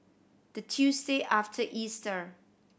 the Tuesday after Easter